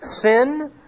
sin